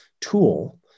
tool